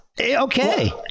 okay